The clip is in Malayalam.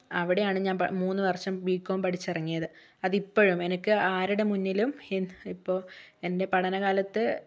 അവിടെയാണ് ഞാൻ പ് മൂന്നുവർഷം ബികോം പഠിച്ചിറങ്ങിയത് അതിപ്പോഴും എനിക്ക് ആരുടെ മുന്നിലും ഇപ്പോൾ എൻ്റെ പഠനകാലത്ത്